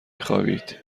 خوابید